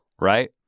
right